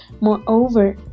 Moreover